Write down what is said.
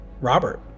Robert